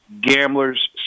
gambler's